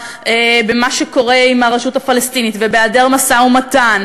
במה שקורה עם הרשות הפלסטינית ובהיעדר משא-ומתן,